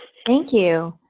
thank you.